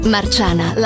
Marciana